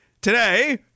Today